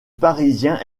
parisien